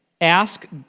Ask